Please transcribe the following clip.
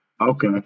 Okay